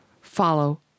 follow